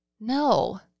no